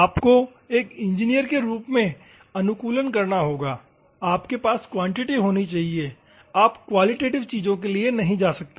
आपको एक इंजीनियर के रूप में अनुकूलन करना होगा आपके पास क्वांटिटी होनी चाहिए आप क्वालिटेटिव चीजों के लिए नहीं जा सकते